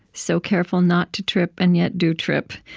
so careful not to trip and yet do trip,